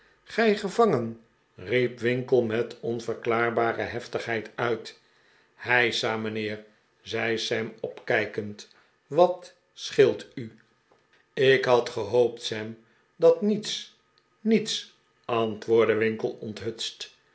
gij gevangen riep winkle met onver klaarbare heftigheid uit heisa mijnheer zei sam opkijkend wat scheelt u de pickwick club ik had gehoopt sam dat niets niets antwoordde winkle onthutst